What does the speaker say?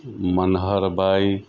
મનહરભાઈ